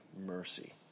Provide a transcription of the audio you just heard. mercy